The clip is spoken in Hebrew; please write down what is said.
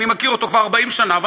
אני מכיר אותו כבר 40 שנה,